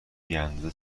بیاندازه